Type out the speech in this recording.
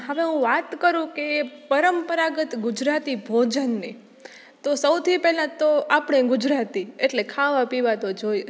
હવે હું વાત કરું કે પરંપરાગત ગુજરાતી ભોજનની તો સૌથી પહેલાં તો આપણે ગુજરાતી એટલે ખાવા પીવા તો જોઈએ જ